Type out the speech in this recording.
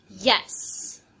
Yes